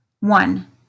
One